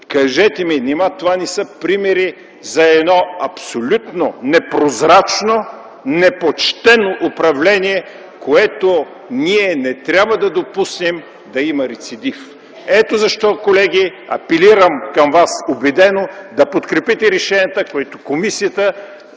Кажете ми: нима това не са примери за едно абсолютно непрозрачно, непочтено управление, което ние не трябва да допуснем да има рецидив. Ето защо, колеги, апелирам към вас убедено да подкрепите решенията, които комисията